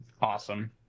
awesome